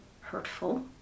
hurtful